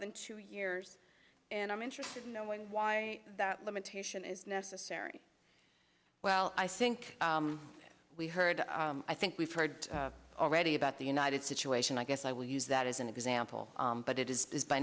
than two years and i'm interested in knowing why that limitation is necessary well i think we heard i think we've heard already about the united situation i guess i will use that as an example but it is